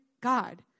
God